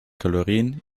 kalorien